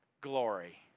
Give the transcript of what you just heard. glory